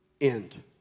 End